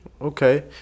Okay